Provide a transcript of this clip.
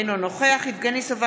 אינו נוכח יבגני סובה,